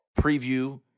preview